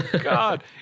God